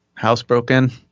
housebroken